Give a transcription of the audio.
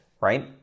right